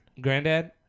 Granddad